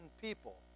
people